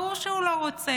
ברור שהוא לא רוצה.